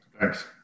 Thanks